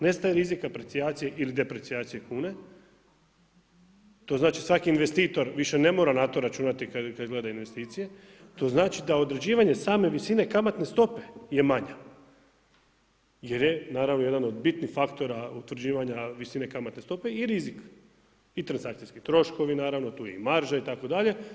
Nestaje rizika, aprecijacije ili deprecijacije kune, to znači svaki investitor više ne mora na to računati kada gleda investicije, to znači da određivanje same visine kamatne stope je manje jer je naravno jedan od bitnih faktora utvrđivanja visine kamatne stope i rizik i transakcijski troškovi naravno, tu je i marža itd.